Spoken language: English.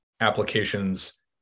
applications